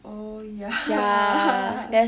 oh ya